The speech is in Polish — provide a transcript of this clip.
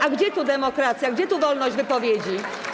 A gdzie tu demokracja, gdzie tu wolność wypowiedzi?